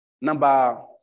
Number